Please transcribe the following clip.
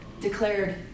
declared